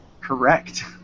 Correct